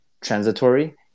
transitory